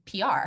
PR